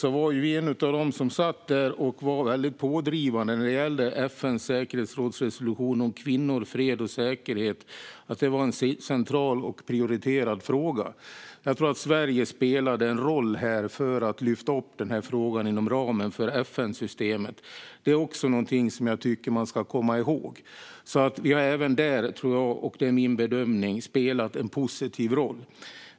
Sverige satt där och var pådrivande i fråga om FN:s säkerhetsrådsresolution om kvinnor, fred och säkerhet. Det var en central och prioriterad fråga. Sverige spelade en roll för att lyfta upp frågan inom ramen för FN-systemet. Det tycker jag att man ska komma ihåg. Det är min bedömning att Sverige har spelat en positiv roll.